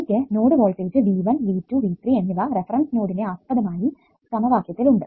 എനിക്ക് node voltage V1 V2 V3 എന്നിവ reference നോഡിനെ ആസ്പദമായി സമവാക്യത്തിൽ ഉണ്ട്